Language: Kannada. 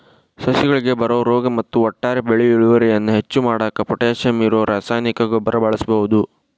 ಸಸಿಗಳಿಗೆ ಬರೋ ರೋಗ ಮತ್ತ ಒಟ್ಟಾರೆ ಬೆಳಿ ಇಳುವರಿಯನ್ನ ಹೆಚ್ಚ್ ಮಾಡಾಕ ಪೊಟ್ಯಾಶಿಯಂ ಇರೋ ರಾಸಾಯನಿಕ ಗೊಬ್ಬರ ಬಳಸ್ಬಹುದು